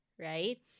right